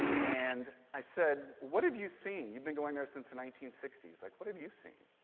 and i said, what have you seen? you've been going there since the nineteen sixty s, like what have you seen?